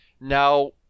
Now